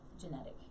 genetic